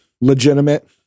legitimate